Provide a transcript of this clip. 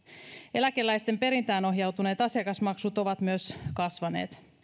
eläkeläisten perintään ohjautuneet asiakasmaksut ovat myös kasvaneet